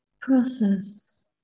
process